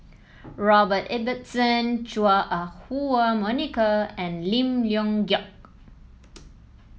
Robert Ibbetson Chua Ah Huwa Monica and Lim Leong Geok